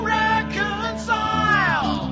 reconcile